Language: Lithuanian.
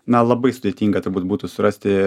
na labai sudėtinga turbūt būtų surasti